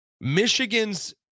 michigan's